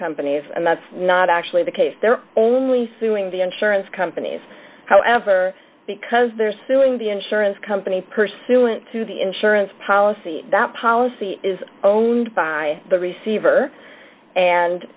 companies and that's not actually the case they're only suing the insurance companies however because they're suing the insurance company pursuant to the insurance policy that policy is owned by the receiver and